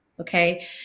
Okay